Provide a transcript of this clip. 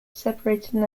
separating